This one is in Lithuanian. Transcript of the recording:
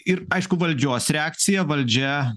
ir aišku valdžios reakcija valdžia